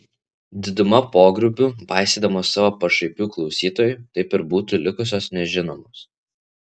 diduma popgrupių paisydamos savo pašaipių klausytojų taip ir būtų likusios nežinomos